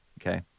Okay